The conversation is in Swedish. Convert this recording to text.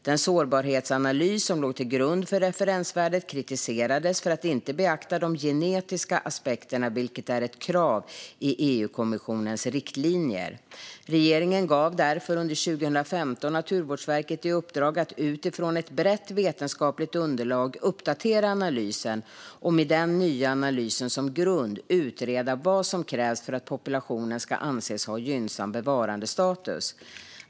Den sårbarhetsanalys som låg till grund för referensvärdet kritiserades för att inte beakta de genetiska aspekterna, vilket är ett krav i EU-kommissionens riktlinjer. Regeringen gav därför under 2015 Naturvårdsverket i uppdrag att utifrån ett brett vetenskapligt underlag uppdatera analysen och, med den nya analysen som grund, utreda vad som krävs för att populationen ska anses ha gynnsam bevarandestatus.